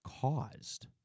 caused